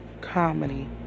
Comedy